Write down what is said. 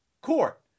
court